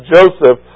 Joseph